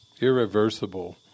Irreversible